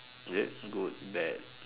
good bad